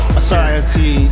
society